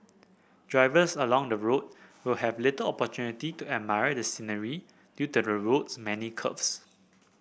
drivers along the route will have little opportunity to admire the scenery due to the road's many curves